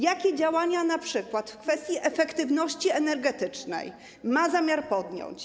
Jakie działania, np. w kwestii efektywności energetycznej, ma pani zamiar podjąć?